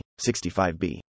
65B